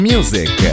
Music